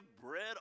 bread